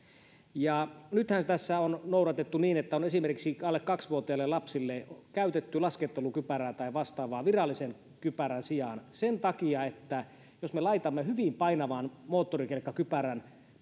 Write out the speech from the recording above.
myös esillä nythän tässä on noudatettu sitä että esimerkiksi alle kaksi vuotiaille lapsille on käytetty laskettelukypärää tai vastaavaa virallisen kypärän sijaan sen takia että jos me laitamme hyvin painavan moottorikelkkakypärän